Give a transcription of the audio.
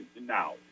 now